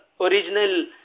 original